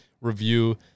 review